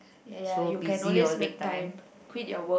ya ya you can always make time quit your work